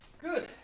Good